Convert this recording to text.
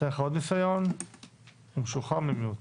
השיקולים להחמרה על